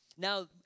Now